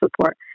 support